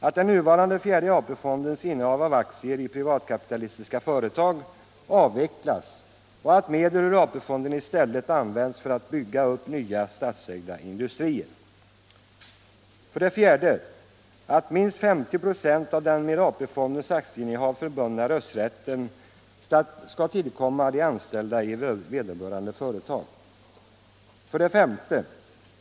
Att den nuvarande fjärde AP-fondens innehav av aktier i privatkapitalistiska företag avvecklas och att medel ur AP-fonden i stället används för att bygga upp nya statsägda industrier. 4. Att minst 50 26 av den med AP-fondens aktieinnehav förbundna rösträtten skall tillkomma de anställda i vederbörande företag. 5.